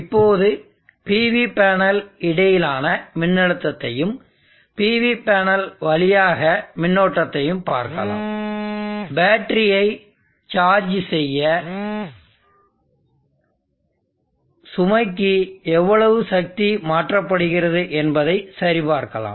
இப்போது PV panel இடையிலான மின்னழுத்தத்தையும்PV பேனல் வழியாக மின்னோட்டத்தையும் பார்க்கலாம் பேட்டரியை சார்ஜ் செய்ய சுமைக்கு எவ்வளவு சக்தி மாற்றப்படுகிறது என்பதை சரி பார்க்கலாம்